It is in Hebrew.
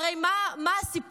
והרי מה הסיפור?